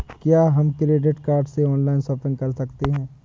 क्या हम credit card से ऑनलाइन शॉपिंग कर सकते हैं?